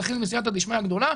זכינו בסיעתא דשמייא גדולה,